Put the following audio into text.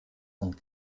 und